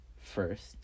first